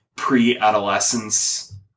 pre-adolescence